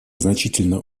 значительно